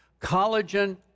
Collagen